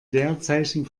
leerzeichen